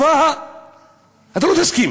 תסכים, מאיר כהן, שלך יהיה טוב ולי לא?